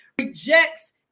rejects